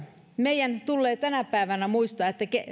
meidän tulee tänä päivänä muistaa että